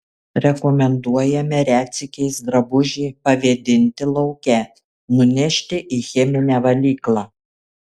rekomenduojame retsykiais drabužį pavėdinti lauke nunešti į cheminę valyklą